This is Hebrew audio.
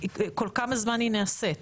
כל כמה זמן היא נעשית?